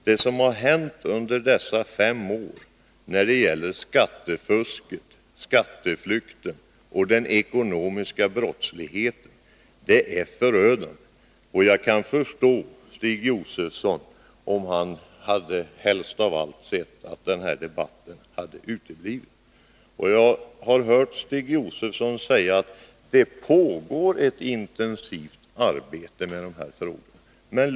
Det som har hänt under dessa fem år när det gäller skattefusket, skatteflykten och den ekonomiska brottsligheten är förödande. Jag kan förstå Stig Josefson om han helst av allt hade sett att den här debatten hade uteblivit. Jag har hört honom honom säga att det pågår ett intensivt arbete med de här frågorna.